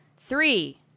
Three